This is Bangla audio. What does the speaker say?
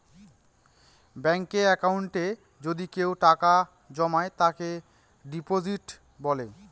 ব্যাঙ্কে একাউন্টে যদি কেউ টাকা জমায় তাকে ডিপোজিট বলে